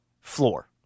floor